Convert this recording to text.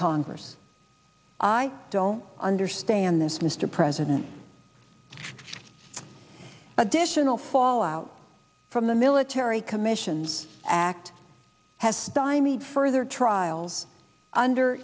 congress i don't understand this mr president additional fallout from the military commissions act has stymied further trials under